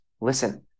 listen